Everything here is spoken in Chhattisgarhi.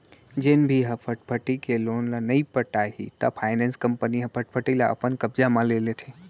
जेन भी ह फटफटी के लोन ल नइ पटाही त फायनेंस कंपनी ह फटफटी ल अपन कब्जा म ले लेथे